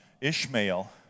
Ishmael